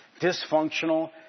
dysfunctional